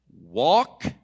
walk